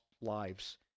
lives